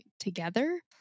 together